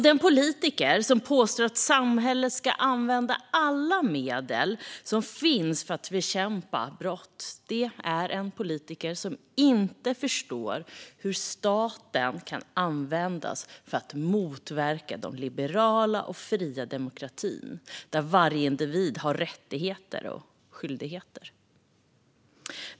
Den politiker som påstår att samhället ska använda alla medel som finns för att bekämpa brott är en politiker som inte förstår hur staten kan användas för att motverka den liberala och fria demokratin där varje individ har rättigheter och skyldigheter.